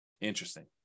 Interesting